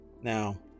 Now